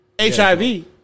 HIV